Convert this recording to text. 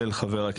של חה"כ